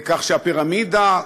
כך שהפירמידה,